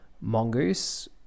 Mongoose